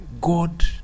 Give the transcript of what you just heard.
God